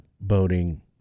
boating